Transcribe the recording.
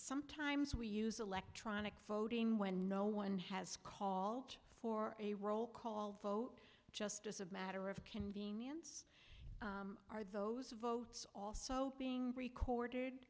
sometimes we use electronic voting when no one has call for a roll call vote justice of matter of convenience are those votes also being recorded